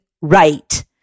right